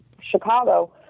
Chicago